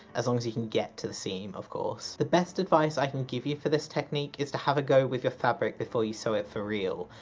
as long as you can get to the seam, of course! the best advice i can give you for this technique is to have a go with your fabric before you sew it for real,